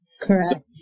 Correct